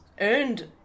earned